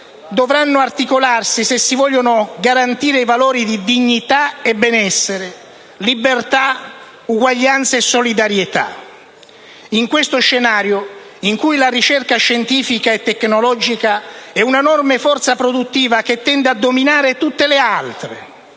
dovranno articolarsi se si vogliono garantire i valori di dignità e benessere, libertà, uguaglianza e solidarietà. In questo scenario in cui la ricerca scientifica e tecnologica è una enorme forza produttiva che tende a dominare le altre